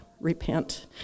repent